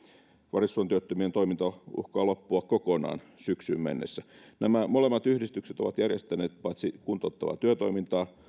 varissuon työttömien toiminta uhkaa loppua kokonaan syksyyn mennessä nämä molemmat yhdistykset ovat järjestäneet paitsi kuntouttavaa työtoimintaa